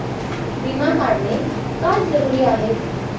विमा काढणे का जरुरी आहे?